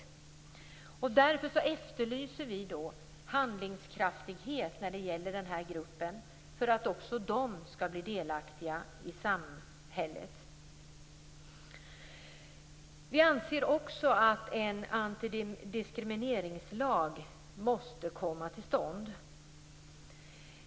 Vi kristdemokrater efterlyser alltså handlingskraftighet när det gäller den här gruppen, så att också de här människorna skall bli delaktiga i samhället. Vi anser också att en antidiskrimineringslag måste komma till stånd.